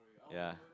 ya